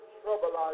trouble